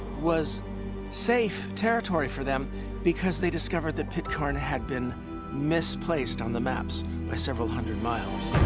was safe territory for them because they discovered that pitcairn had been misplaced on the maps by several hundred miles.